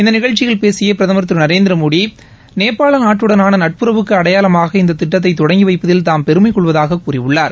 இந்த நிகழ்ச்சியில் பேசிய பிரதம் திரு நரேந்திரமோடி நேபாள் நாட்டுடனான நட்புறவின் அடையாளமாக இந்த திட்டத்தை தொடங்கி வைப்பதில் தாம் பெருமை கொள்வதாகக் கூறியுள்ளார்